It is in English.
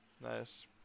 Nice